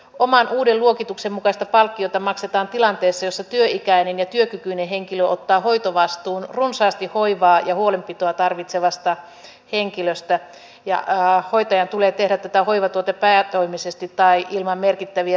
oman uuden luokituksen mukaista palkkiota maksetaan tilanteessa jossa työikäinen ja työkykyinen henkilö ottaa hoitovastuun runsaasti hoivaa ja huolenpitoa tarvitsevasta henkilöstä ja hoitaja tekee tätä hoivatyötä päätoimisesti tai ilman merkittäviä sivutehtäviä